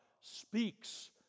speaks